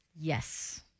Yes